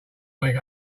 wake